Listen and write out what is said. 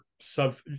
sub